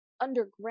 underground